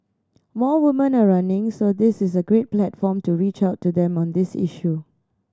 more women are running so this is a great platform to reach out to them on this issue